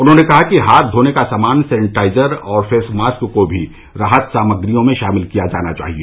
उन्होंने कहा कि हाथ धोने का सामान सैनिटाइजर और फेस मास्क को भी राहत सामग्रियों में शामिल किया जाना चाहिए